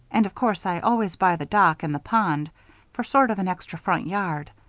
and of course i always buy the dock and the pond for sort of an extra front yard.